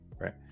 right